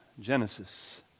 genesis